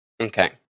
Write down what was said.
Okay